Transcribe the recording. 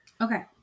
okay